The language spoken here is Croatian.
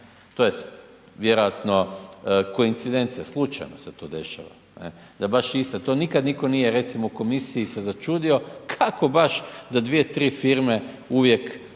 to je vjerojatno koincidencija, slučajno se to dešava ne, da baš iste, to nikad nitko nije recimo u komisiji se začudio kako baš da 2-3 firme uvijek